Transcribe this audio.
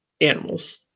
Animals